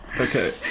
Okay